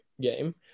game